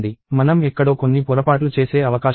మనం ఎక్కడో కొన్ని పొరపాట్లు చేసే అవకాశం ఉంది